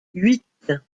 huit